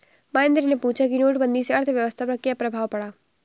महेंद्र ने पूछा कि नोटबंदी से अर्थव्यवस्था पर क्या प्रभाव पड़ा